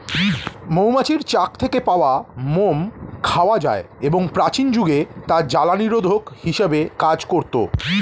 মৌমাছির চাক থেকে পাওয়া মোম খাওয়া যায় এবং প্রাচীন যুগে তা জলনিরোধক হিসেবে কাজ করত